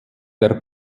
der